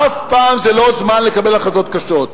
אף פעם זה לא זמן לקבל החלטות קשות,